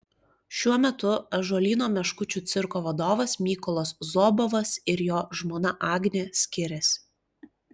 šiuo metu ąžuolyno meškučių cirko vadovas mykolas zobovas ir jo žmona agnė skiriasi